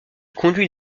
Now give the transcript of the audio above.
conduit